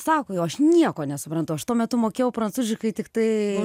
sako o aš nieko nesuprantu aš tuo metu mokėjau prancūziškai tiktai